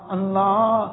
Allah